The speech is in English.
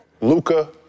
Luca